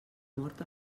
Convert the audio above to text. mort